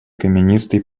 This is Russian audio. каменистый